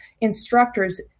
instructors